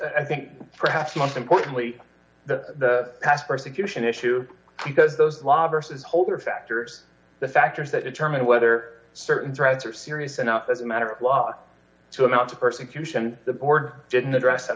i think perhaps most importantly the past persecution issue because those law versus holder factors the factors that determine whether certain threats are serious enough as a matter of law to amount to persecution the board didn't address at